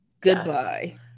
Goodbye